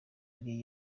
yari